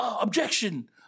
objection